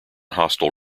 hostile